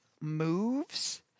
Moves